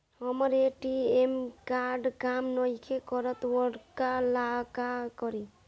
हमर ATM card काम नईखे करत वोकरा ला का करी?